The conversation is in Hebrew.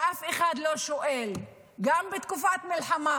ואף אחד לא שואל גם בתקופת מלחמה